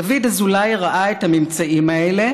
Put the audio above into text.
דוד אזולאי ראה את הממצאים האלה